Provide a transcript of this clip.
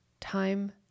time